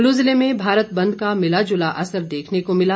कुल्लू जिले में भारत बंद का मिला जुला असर देखने को मिला